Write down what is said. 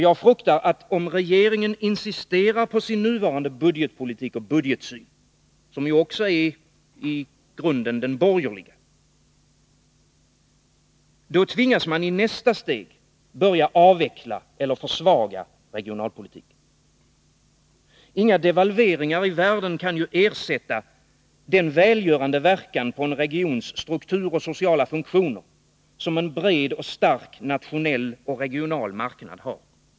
Jag fruktar att om regeringen insisterar på sin nuvarande budgetpolitik och budgetsyn, som också i grunden är den borgerliga, tvingas man i nästa steg börja avveckla eller försvaga regionalpolitiken. Inga devalveringar i världen kan ju ersätta den välgörande verkan på en regions struktur och sociala funktioner som en bred och stark nationell och regional marknad har.